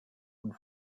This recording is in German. und